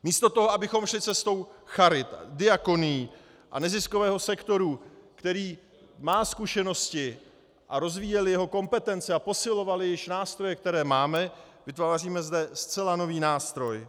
Místo toho, abychom šli cestou charit, diakonií a neziskového sektoru, který má zkušenosti, a rozvíjeli jeho kompetence a posilovali nástroje, které již máme, vytváříme zde zcela nový nástroj.